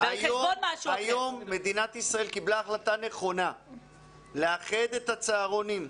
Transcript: היום מדינת ישראל קיבלה החלטה נכונה לאחד את הצהרונים.